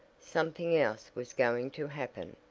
something else was going to happen.